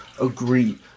agree